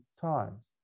times